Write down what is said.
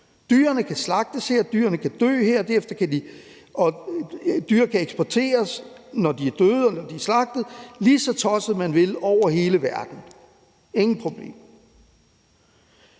Dyrene kan slagtes her, dyrene kan dø her, og dyrene kan eksporteres, når de er døde og er blevet slagtet, lige så tosset man vil, over hele verden. Der er ingen problemer